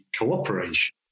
cooperation